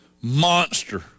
monster